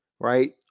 Right